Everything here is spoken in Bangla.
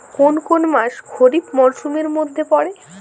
কোন কোন মাস খরিফ মরসুমের মধ্যে পড়ে?